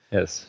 Yes